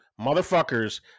motherfuckers